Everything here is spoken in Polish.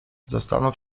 zastanów